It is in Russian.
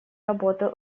работы